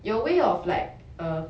your way of like err